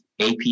AP